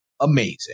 amazing